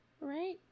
right